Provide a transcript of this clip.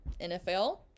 NFL